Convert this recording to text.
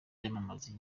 yamamaza